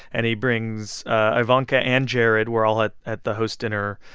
and he brings ivanka and jared were all at at the host dinner.